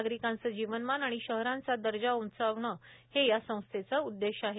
नागरिकांचे जीवनमान आणि शहरांचा दर्जा उंचावणे हे या संस्थेचे उद्देश आहे